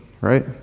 right